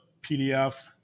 pdf